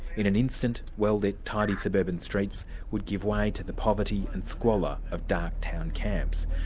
in an instant, well-lit, tidy suburban streets would give way to the poverty and squalor of dark town camps,